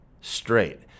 Straight